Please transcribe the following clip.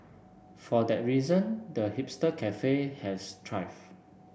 for that reason the hipster cafe has thrived